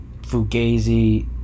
Fugazi